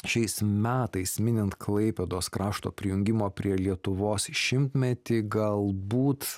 šiais metais minint klaipėdos krašto prijungimo prie lietuvos šimtmetį galbūt